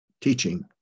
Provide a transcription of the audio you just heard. teaching